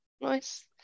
Nice